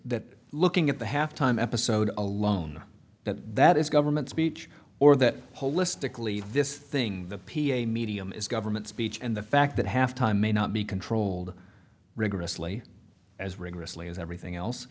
that looking at the halftime episode alone that that is government speech or that holistically this thing the p a medium is government speech and the fact that halftime may not be controlled rigorously as rigorously as everything else